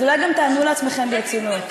אז אולי גם תענו לעצמכם ברצינות.